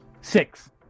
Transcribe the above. Six